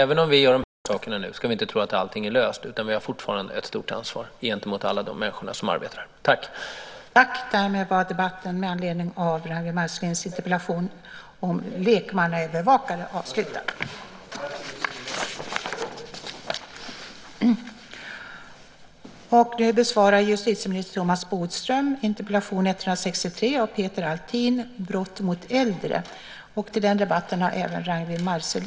Även om vi gör de saker vi nu gör ska vi alltså inte tro att allting därmed är löst, utan vi har fortfarande ett stort ansvar gentemot alla de människor som arbetar med detta.